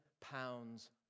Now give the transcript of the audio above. pounds